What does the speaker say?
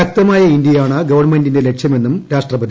ശക്തമായ ഇന്ത്യയാണ് ഗവൺമെന്റിന്റെ ലക്ഷ്യമെന്നും രാഷ്ട്രപതി